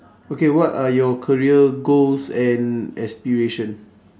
okay what are your career goals and aspiration